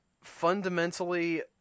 fundamentally